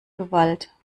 gewalt